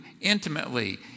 intimately